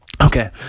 okay